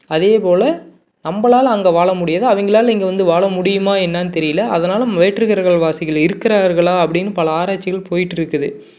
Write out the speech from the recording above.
அதே போல் நம்பளால் அங்கே வாழ முடியாது அவங்களால இங்கே வந்து வாழ முடியுமா என்னென்னு தெரியலை அதனால் வேற்று கிரகவாசிகள் இருக்கிறார்களா அப்படின்னு பல ஆராய்ச்சிகள் போய்ட்டிருக்குது